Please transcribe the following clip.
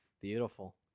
Beautiful